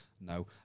no